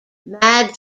mad